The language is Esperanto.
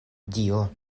dio